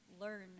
learn